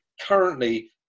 Currently